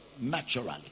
naturally